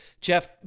Jeff